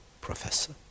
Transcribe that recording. professor